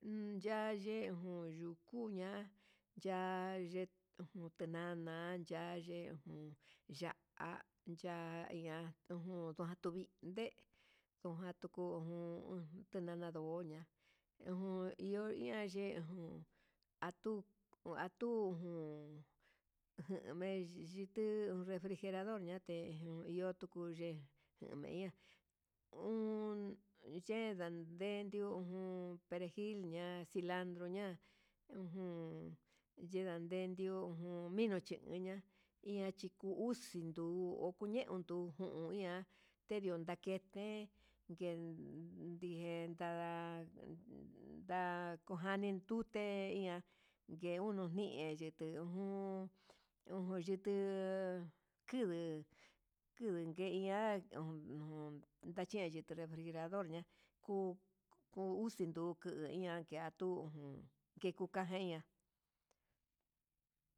Yayejun yuu kuña yaye tenana yaye ujun ya'á ya'a iha jun ndua tuvije ndojan tuku ujun teñandaoña, uun iho iha ye'e ye jun atu, atu jun ngueme yituu refrijerador ña'a tejun iho tuye'e jeme iha, uun yen dandedio ujun perejil ña'a cilandro ña ujun xhinda ndendio ju milche uña'a iha ichi kuu uxi ndun, kuñe ujun hu ihá ndion ndakete nguen dijén ndada ndakojani nduté te ihá ngue uniye ete jun, junchitu kunduu ndude iha yani nguete refrijerador ña ku ku uxindu ndukea ndake tuu jun kekuka nguia ña.